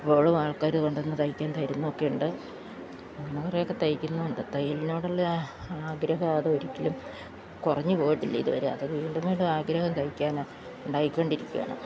ഇപ്പോഴും ആൾക്കാർ കൊണ്ടുവന്ന് തയ്ക്കാൻ തരുന്നൊക്കെയുണ്ട് എന്നാൽ കുറെയോക്കെ തയ്ക്കുന്നുമുണ്ട് തയ്യലിനോടുള്ള ആ ആഗ്രഹം അതൊരിക്കലും കുറഞ്ഞു പോയിട്ടില്ല ഇതുവരെ അതു വീണ്ടും വീണ്ടും ആഗ്രഹം തയ്ക്കാൻ ഉണ്ടായിക്കൊണ്ടിരിക്കുകയാണ്